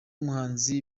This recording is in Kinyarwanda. muhanzi